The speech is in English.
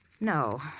No